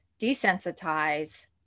desensitize